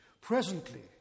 Presently